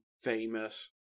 famous